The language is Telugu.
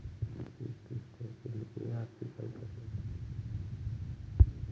ఈ స్వీట్ తీస్కో, చెల్లికి ఆక్వాకల్చర్లో రీసెర్చ్ ఉద్యోగం వొచ్చింది